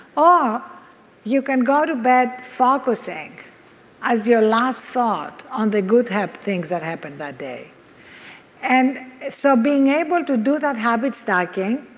or you can go to bed focusing as your last thought on the good health things that happened that day and so being able to do that habit stacking